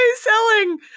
selling